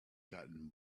gotten